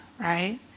right